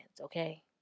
Okay